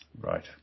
Right